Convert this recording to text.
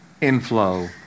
inflow